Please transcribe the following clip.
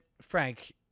frank